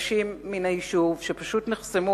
אנשים מן היישוב שפשוט נחסמו